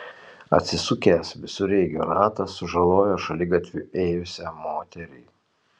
atsisukęs visureigio ratas sužalojo šaligatviu ėjusią moterį